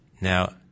Now